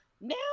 now